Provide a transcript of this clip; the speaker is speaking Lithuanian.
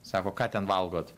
sako ką ten valgot